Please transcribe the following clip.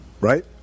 Right